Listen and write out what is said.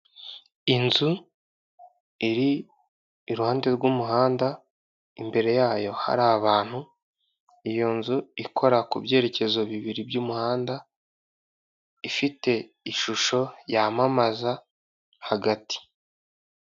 Inzu iri iruhande rw'umuhanda, imbere yayo hari abantu, iyo nzu ikora ku byerekezo bibiri byumuhanda, ifite ishusho yamamaza hagati.